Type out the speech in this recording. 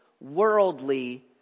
worldly